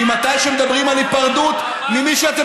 ממתי כשמדברים על היפרדות ממי שאתם